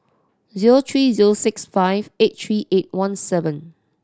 zero three zero six five eight three eight one seven